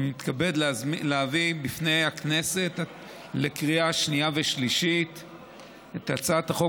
אני מתכבד להביא לפני הכנסת לקריאה שנייה ושלישית את הצעת חוק